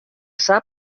sap